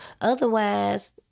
Otherwise